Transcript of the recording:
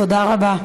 תודה רבה.